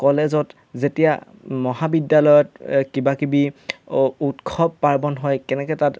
কলেজত যেতিয়া মহাবিদ্যালয়ত কিবাকিবি উৎসৱ পাৰ্বণ হয় কেনেকৈ তাত